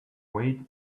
weight